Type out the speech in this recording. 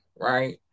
right